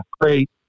Great